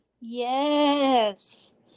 Yes